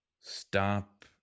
stop